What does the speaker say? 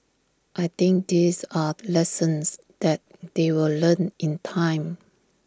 I think these are lessons that they will learn in time